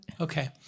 Okay